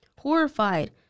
Horrified